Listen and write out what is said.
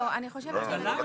לנושא של קצבה מזערית